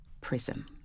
Prison